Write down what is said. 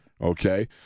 Okay